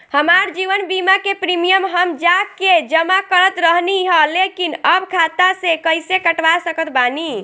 हमार जीवन बीमा के प्रीमीयम हम जा के जमा करत रहनी ह लेकिन अब खाता से कइसे कटवा सकत बानी?